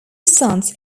sons